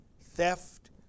theft